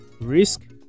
risk